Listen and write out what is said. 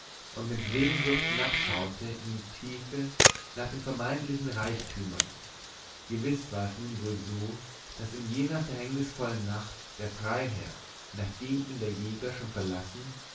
und mit sehnsucht hinabschaute in die tiefe nach den vermeintlichen reichtümern gewiß war es nun wohl so daß in jener verhängnisvollen nacht der freiherr nachdem ihn der jäger schon verlassen